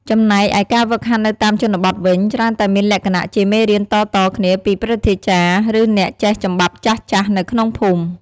ចំណែកឯការហ្វឹកហាត់នៅតាមជនបទវិញ ច្រើនតែមានលក្ខណៈ ជាមេរៀនតៗគ្នាពីព្រឹទ្ធាចារ្យ ឬអ្នកចេះចំបាប់ចាស់ៗ នៅក្នុងភូមិ។